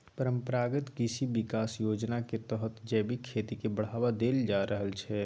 परंपरागत कृषि बिकास योजनाक तहत जैबिक खेती केँ बढ़ावा देल जा रहल छै